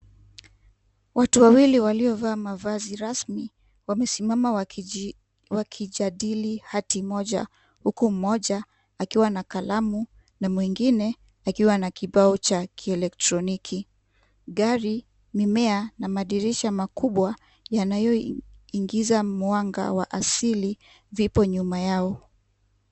Watu wawili waliovaa mavazi rasmi wamesimama wakijadili hati moja, huku mmoja akiwa na kalamu na mwengine akiwa na kibao cha kielektroniki. Gari, mimea, na madirisha makubwa yanayoingiza mwanga wa asili vipo nyuma yao.